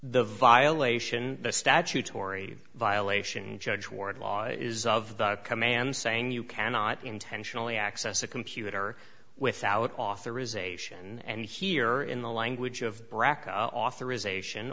the violation the statutory violation judge wardlaw is of the command saying you cannot intentionally access a computer without authorisation and here in the language of braca authorization